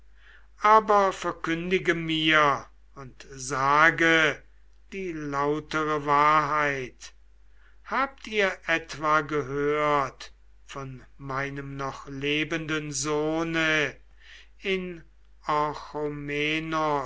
aber verkündige mir und sage die lautere wahrheit habt ihr etwa gehört von meinem noch lebenden sohne in